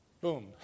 Boom